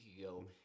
ago